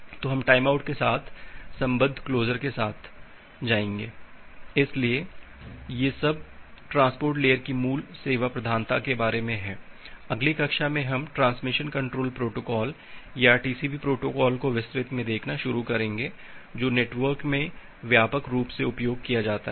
तो हम टाइमआउट के साथ संबद्ध क्लोजर के साथ इसलिए यह सब ट्रांसपोर्ट लेयर की मूल सेवा प्रधानता के बारे में है अगली कक्षा में हम ट्रांसमिशन कंट्रोल प्रोटोकॉल या टीसीपी प्रोटोकॉल को विस्तृत में देखना शुरू करेंगे जो नेटवर्क में व्यापक रूप से उपयोग किया जाता है